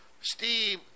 Steve